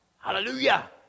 Hallelujah